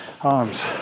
arms